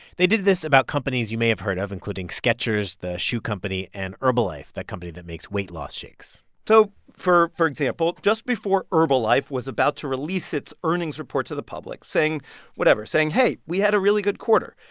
they did this about companies you may have heard of including sketchers, the shoe company, and herbalife, the company that makes weight-loss shakes so for for example, just before herbalife was about to release its earnings report to the public saying whatever saying, hey, we had a really good quarter,